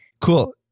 Cool